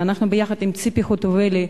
ויחד עם ציפי חוטובלי,